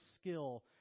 skill